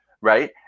Right